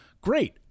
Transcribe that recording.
great